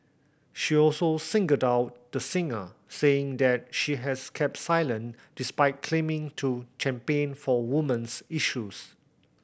she also singled out the singer saying that she has kept silent despite claiming to champion for women's issues